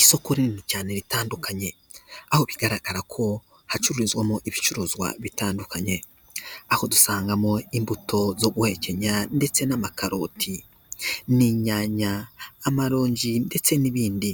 Isoko rinini cyane ritandukanye aho bigaragara ko hacururizwamo ibicuruzwa bitandukanye aho dusangamo imbuto zo guhekenya ndetse n'amakaroti, n'inyanya, amarongi ndetse n'ibindi